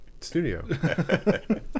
studio